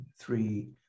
three